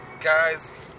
guys